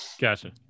Gotcha